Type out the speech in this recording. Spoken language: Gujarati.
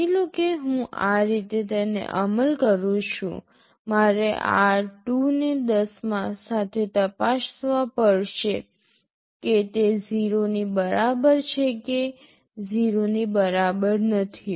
માની લો કે હું આ રીતે તેને અમલ કરું છું મારે r2 ને ૧૦ સાથે તપાસવા પડશે કે તે 0 ની બરાબર છે કે 0 ની બરાબર નથી